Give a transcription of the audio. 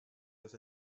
dass